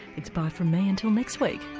it's bye from me until next week